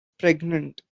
pregnant